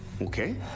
Okay